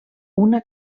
una